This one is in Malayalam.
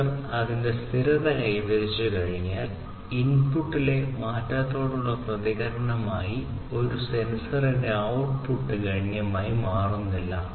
സെൻസർ അതിന്റെ സ്ഥിരത കൈവരിച്ചുകഴിഞ്ഞാൽ ഇൻപുട്ടിലെ മാറ്റത്തോടുള്ള പ്രതികരണമായി ഒരു സെൻസറിന്റെ ഔട്ട്പുട്ട് ഗണ്യമായി മാറുന്നില്ല